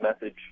message